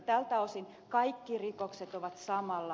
tältä osin kaikki rikokset ovat samalla